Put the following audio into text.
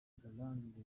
grande